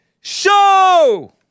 show